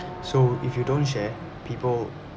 so if you don't share people